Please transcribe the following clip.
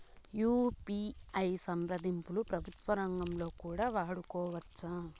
UPI సంప్రదింపులు ప్రభుత్వ రంగంలో కూడా వాడుకోవచ్చా?